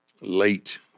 late